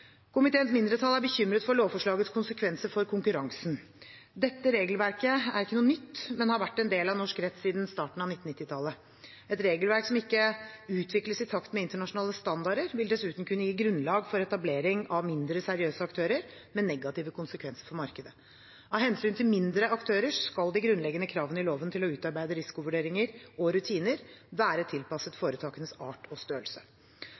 Komiteens mindretall er bekymret for lovforslagets konsekvenser for konkurransen. Dette regelverket er ikke noe nytt, men har vært en del av norsk rett siden starten av 1990-tallet. Et regelverk som ikke utvikles i takt med internasjonale standarder, vil dessuten kunne gi grunnlag for etablering av mindre seriøse aktører, med negative konsekvenser for markedet. Av hensyn til mindre aktører skal de grunnleggende kravene i loven til å utarbeide risikovurderinger og rutiner være tilpasset foretakenes art og størrelse.